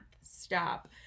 Stop